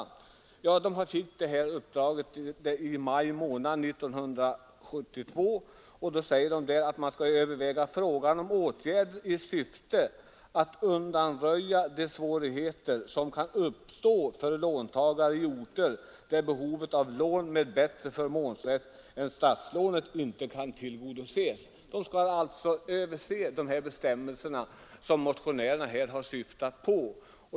Den fick i maj månad 1972 i uppdrag ”att överväga frågan om åtgärder i syfte att undanröja de svårigheter som kan uppstå för låntagare i orter där behovet av lån med bättre förmånsrätt än statslånet inte kan tillgodoses”. Bostadsstyrelsen kan alltså överse de bestämmelser som motionärerna har syftat på.